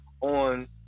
on